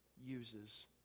uses